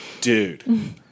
dude